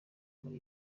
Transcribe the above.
kuri